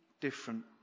different